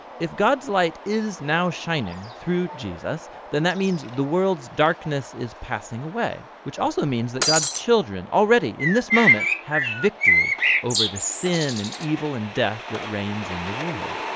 if god's light is now shining through jesus then that means the world's darkness is passing away, which also means that god's children already, in this moment, have victory over the sin and evil and death that reigns in the world.